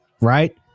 right